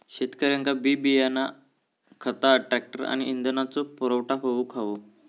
शेतकऱ्यांका बी बियाणा खता ट्रॅक्टर आणि इंधनाचो पुरवठा होऊक हवो